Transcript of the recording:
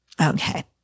Okay